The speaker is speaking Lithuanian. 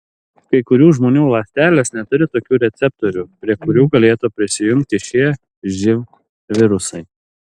kai kurių žmonių ląstelės neturi tokių receptorių prie kurių galėtų prisijungti šie živ virusai